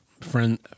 friend